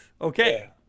Okay